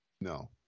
No